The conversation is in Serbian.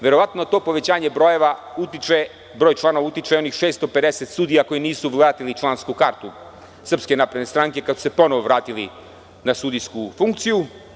Verovatno to povećanje brojeva utiče, broj članova utiče onih 650 sudija koji nisu vratili člansku kartu SNS kada su se ponovo vratili na sudijsku funkciju.